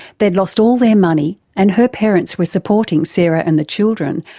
they had lost all their money and her parents were supporting sarah and the children,